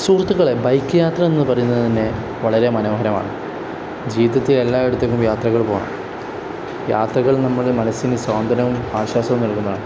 സുഹൃത്തുക്കളെ ബൈക്ക് യാത്ര എന്ന് പറയുന്നത് തന്നെ വളരെ മനോഹരമാണ് ജീവിതത്തിൽ എല്ലായിടത്തേക്കും യാത്രകൾ പോകണം യാത്രകൾ നമ്മൾ മനസ്സിന് സ്വാന്തനവും ആശ്വാസവും നൽകുന്നതാണ്